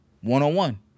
one-on-one